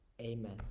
Amen